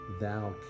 Thou